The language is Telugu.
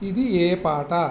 ఇది ఏ పాట